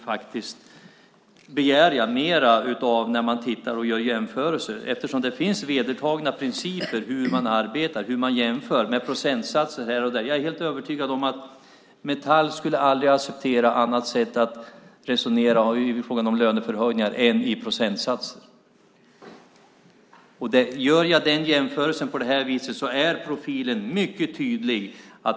Det begär jag mer av när man tittar på och gör jämförelser. Det finns vedertagna principer för hur man arbetar och jämför med procentsatser. Jag är övertygad om att Metall aldrig skulle ha accepterat ett annat sätt att resonera om löneförhöjningar än procentsatser. Gör jag den jämförelsen är profilen mycket tydlig.